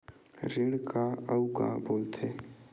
ऋण का अउ का बोल थे?